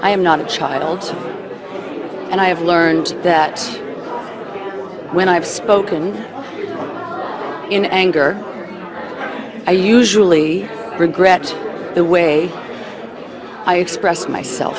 i am not a child and i have learned that when i have spoken in anger i usually regret the way i express myself